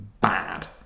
bad